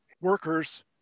workers